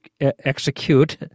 execute